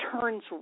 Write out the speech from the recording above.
turns